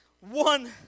one